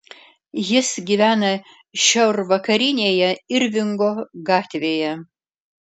jis gyvena šiaurvakarinėje irvingo gatvėje